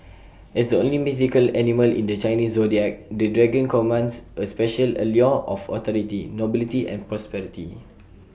as the only mythical animal in the Chinese Zodiac the dragon commands A special allure of authority nobility and prosperity